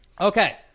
Okay